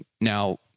Now